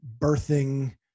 birthing